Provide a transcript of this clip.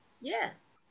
Yes